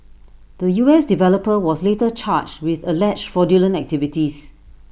the U S developer was later charged with alleged fraudulent activities